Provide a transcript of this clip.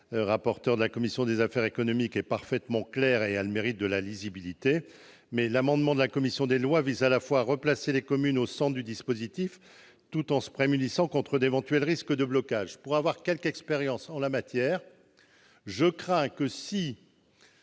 rapporteur de la commission des affaires économiques est parfaitement claire et elle a le mérite de la lisibilité, mais l'amendement de la commission des lois tend à replacer les communes au centre du dispositif tout en se prémunissant contre d'éventuels risques de blocage. Pour avoir quelque expérience en la matière, je crains que, si